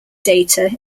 data